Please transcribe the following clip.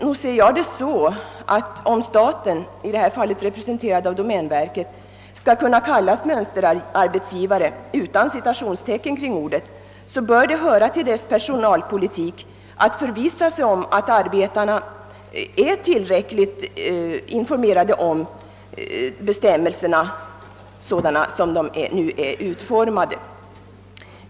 Jag ser det dock så att staten, i detta fall representerad av domänverket, om den skall kunna kallas mönsterarbetsgivare, utan citationstecken kring denna beteckning, i sin personalpolitik bör förvissa sig om att arbetarna är tillräckligt informerade om de bestämmelser som gäller, sådana dessa nu är utformade.